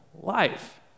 life